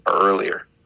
Earlier